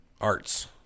Arts